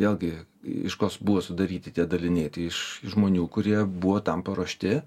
vėlgi iš kos buvo sudaryti tie daliniai tai iš iš žmonių kurie buvo tam paruošti